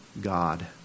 God